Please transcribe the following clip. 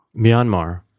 Myanmar